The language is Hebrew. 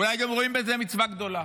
אולי גם רואים בזה מצווה גדולה,